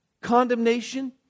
Condemnation